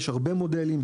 יש הרבה מודלים.